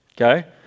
okay